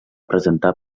presentar